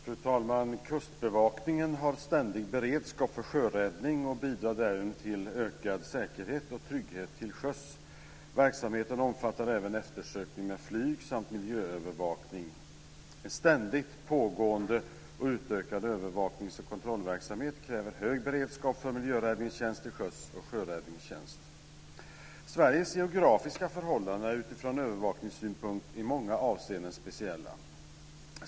Fru talman! Kustbevakningen har ständig beredskap för sjöräddning och bidrar därigenom till ökad säkerhet och trygghet till sjöss. Verksamheten omfattar även eftersökning med flyg samt miljöövervakning. En ständigt pågående och utökad övervakningsoch kontrollverksamhet kräver hög beredskap för miljöräddningstjänst till sjöss och sjöräddningstjänst. Sveriges geografiska förhållanden är utifrån övervakningssynpunkt i många avseenden speciella.